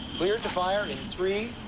cleared to fire in three,